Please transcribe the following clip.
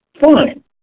fine